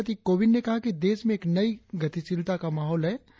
राष्ट्रपति कोविंद ने कहा कि देश में एक नई गतिशीलता का माहौल है